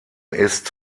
ist